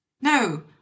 no